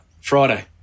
Friday